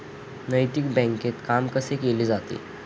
नैतिक बँकेत काम कसे केले जाते?